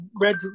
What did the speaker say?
Red